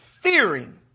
fearing